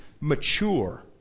mature